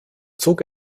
zog